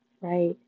right